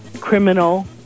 criminal